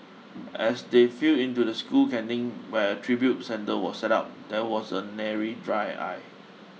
as they filled into the school canteen where a tribute centre was set up there was a nary dry eye